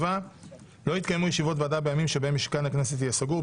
7. לא יתקיימו ישיבות ועדה בימים שבהם משכן הכנסת יהיה סגור,